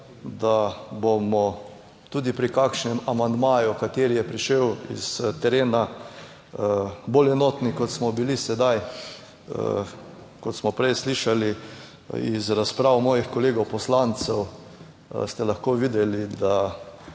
da bomo tudi pri kakšnem amandmaju, kateri je prišel iz terena, bolj enotni kot smo bili sedaj. Kot smo prej slišali, iz razprav mojih kolegov poslancev, ste lahko videli, da